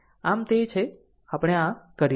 આમ આ તે છે જે આપણે આ કરીશું